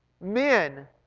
men